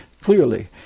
clearly